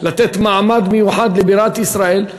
לתת מעמד מיוחד לבירת ישראל,